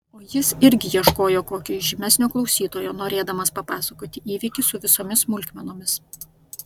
o jis irgi ieškojo kokio įžymesnio klausytojo norėdamas papasakoti įvykį su visomis smulkmenomis